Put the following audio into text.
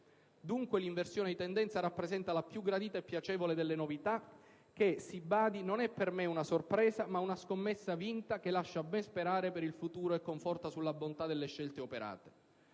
Dunque, l'inversione di tendenza rappresenta la più gradita e piacevole delle novità che - si badi - non è per me una sorpresa, ma una scommessa vinta, che lascia ben sperare per il futuro e conforta sulla bontà delle scelte operate.